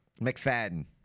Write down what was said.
McFadden